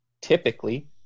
typically